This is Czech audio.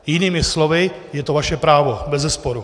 Jinými slovy, je to vaše právo, bezesporu.